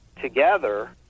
together